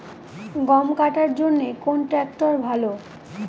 গম কাটার জন্যে কোন ট্র্যাক্টর ভালো?